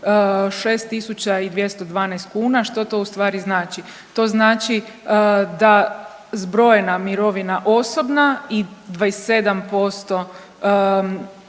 6212 kuna. Što to u stvari znači? To znači da zbrojena mirovina osobna i 27%